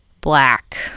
black